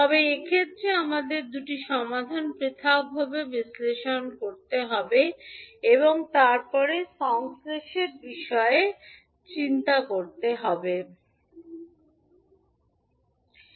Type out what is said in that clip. তবে এক্ষেত্রে আমাদের দুটি সমাধান পৃথকভাবে বিশ্লেষণ করে এবং তারপরে সংশ্লেষের বিষয়ে চিন্তা করার দরকার নেই